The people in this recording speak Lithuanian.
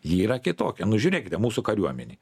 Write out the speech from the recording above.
ji yra kitokia nu žiūrėkite mūsų kariuomenėj